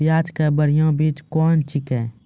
प्याज के बढ़िया बीज कौन छिकै?